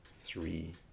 three